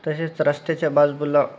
तसेच रस्त्याच्या बाजुला